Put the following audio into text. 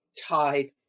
tied